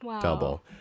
double